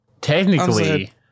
technically